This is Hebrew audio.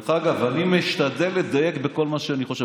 דרך אגב, אני משתדל לדייק בכל מה שאני חושב.